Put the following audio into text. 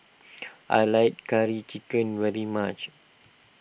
I like Curry Chicken very much